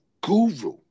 Guru